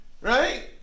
Right